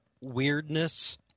weirdness